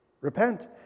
repent